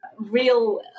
real